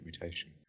mutation